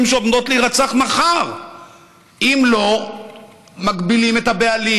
שעומדות להירצח מחר אם לא מגבילים את הבעלים,